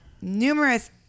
numerous